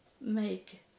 make